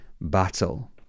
battle